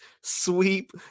sweep